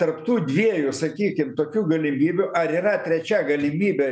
tarp tų dviejų sakykim tokių galimybių ar yra trečia galimybė